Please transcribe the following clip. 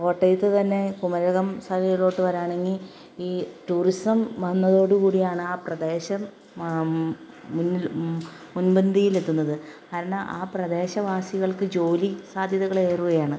കോട്ടയത്ത് തന്നെ കുമരകം സൈഡിലോട്ടു വരാണെങ്കിൽ ഈ ടൂറിസം വന്നതോടുകൂടിയാണ് ആ പ്രദേശം മുന്നിൽ മുൻപന്തിയിൽ എത്തുന്നത് കാരണം ആ പ്രദേശവാസികൾക്ക് ജോലി സാധ്യതകൾ ഏറുകയാണ്